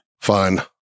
fine